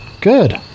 Good